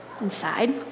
inside